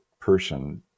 person